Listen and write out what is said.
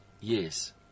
yes